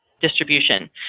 distribution